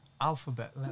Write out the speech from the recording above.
alphabet